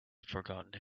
forgotten